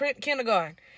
kindergarten